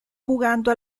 jugando